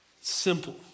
simple